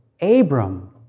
Abram